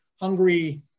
hungry